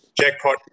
Jackpot